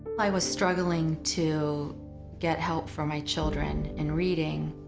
i was struggling to get help for my children in reading,